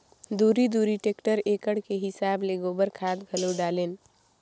दूरी दूरी टेक्टर एकड़ के हिसाब ले गोबर खाद घलो डालेन